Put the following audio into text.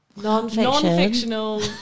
Non-fictional